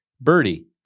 Birdie